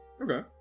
Okay